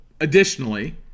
additionally